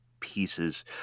pieces